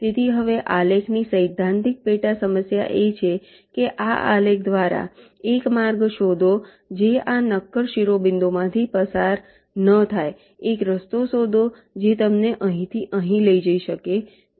તેથી હવે આલેખની સૈદ્ધાંતિક પેટા સમસ્યા એ છે કે આ આલેખ દ્વારા એક માર્ગ શોધો જે આ નક્કર શિરોબિંદુઓમાંથી પસાર ન થાય એક રસ્તો શોધો જે તમને અહીંથી અહીં લઈ જઈ શકે